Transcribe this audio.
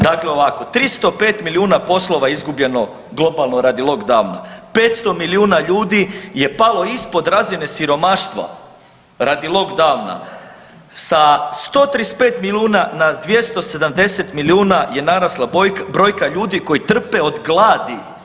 Dakle, ovako 305 milijuna poslova izgubljeno globalno radi lockdown-a, 500 milijuna ljudi je palo ispod razine siromaštva radi lockdown-a, sa 135 milijuna na 270 milijuna je narasla brojka ljudi koji trpe od gladi.